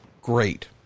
great